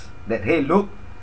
that !hey! look